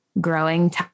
growing